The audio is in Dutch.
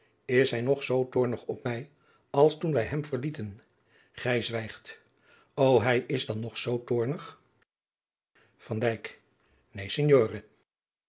is hij nog zoo toornig op mij als toen adriaan loosjes pzn het leven van maurits lijnslager wij hem verlieten gij zwijgt o hij is dan nog zoo toornig van